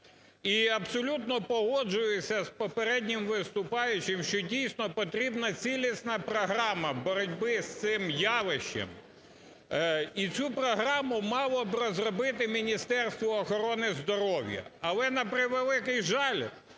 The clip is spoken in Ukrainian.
І абсолютно погоджуюся з попереднім виступаючим, що дійсно потрібна цілісна програма боротьби з цим явищем, і цю програму мало б розробити Міністерство охорони здоров'я. Але, на превеликий жаль,